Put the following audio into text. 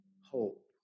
hope